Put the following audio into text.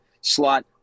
slot